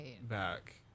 back